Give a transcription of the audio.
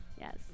Yes